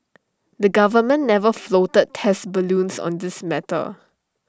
the government never floated test balloons on this matter